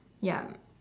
yup